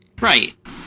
right